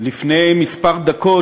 לפני כמה דקות,